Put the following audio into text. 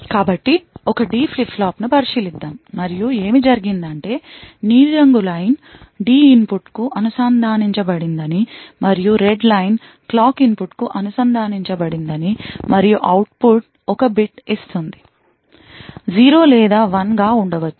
కాబట్టి ఒక D flip ఫ్లాప్ను పరిశీలిద్దాం మరియు ఏమి జరిగిందంటే నీలిరంగు లైన్D ఇన్పుట్కు అనుసంధానించబడిందని మరియు రెడ్ లైన్ క్లాక్ ఇన్పుట్కు అనుసంధానించబడిందని మరియు అవుట్పుట్ ఒక bit ఇస్తుంది 0 లేదా 1 గా ఉండవచ్చు